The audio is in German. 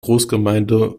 großgemeinde